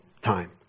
time